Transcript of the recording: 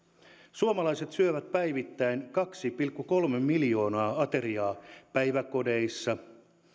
suomalaiset syövät päivittäin kaksi pilkku kolme miljoonaa ateriaa päiväkodeissa